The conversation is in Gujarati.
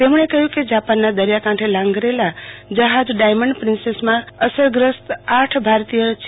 તેમણે કહયું કે જાપાનના દરિયાકાંઠે લાંગરેલા જહાજ ડાયમંડ પ્રિન્સેસમાં કોવિડ અસરગ્રસ્ત આઠ ભારતીય પણ છે